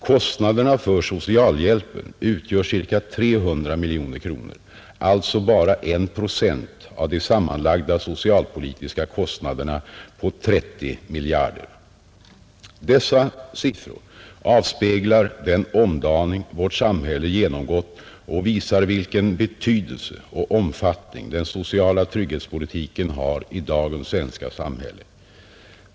Kostnaderna för socialhjälpen utgör ca 300 miljoner kronor — alltså bara 1 procent av de sammanlagda socialpolitiska kostnaderna på 30 miljarder. Dessa siffror avspeglar den omdaning vårt samhälle genomgått och visar vilken betydelse och omfattning den sociala trygghetspolitiken har i dagens svenska samhälle.